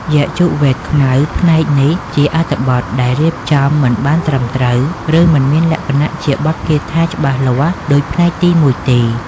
យជុវ៌េទខ្មៅ ផ្នែកនេះជាអត្ថបទដែលរៀបចំ មិនបានត្រឹមត្រូវ ឬមិនមានលក្ខណៈជាបទគាថាច្បាស់លាស់ដូចផ្នែកទីមួយទេ។